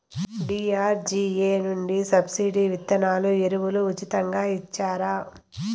DRDA నుండి subsidy విత్తనాలు ఎరువులు ఉచితంగా ఇచ్చారా?